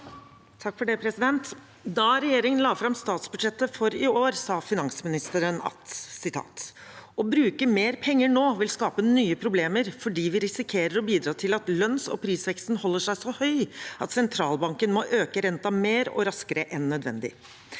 Da regjeringen la fram statsbudsjettet for i år, sa finansministeren følgende: «Å bruke mer penger nå vil skape nye problemer, fordi vi risikerer å bidra til at lønns- og prisveksten holder seg så høy at sentralbanken må øke renta mer og raskere enn nødvendig.